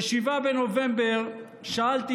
ב-7 בנובמבר שאלתי